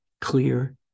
clear